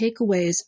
takeaways